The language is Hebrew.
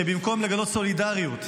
שבמקום לגלות סולידריות,